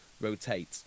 rotate